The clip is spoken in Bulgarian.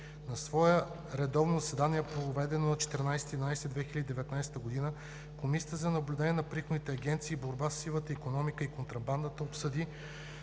На свое редовно заседание, проведено на 14 ноември 2019г., Комисията за наблюдение на приходните агенции и борба със сивата икономика и контрабандата обсъди